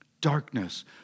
darkness